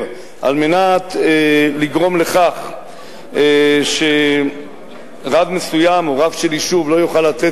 כדי לגרום לכך שרב מסוים או רב של יישוב לא יוכל לתת